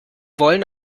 wollen